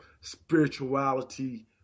spirituality